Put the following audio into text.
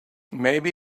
maybe